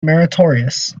meritorious